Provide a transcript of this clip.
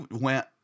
went